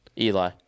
Eli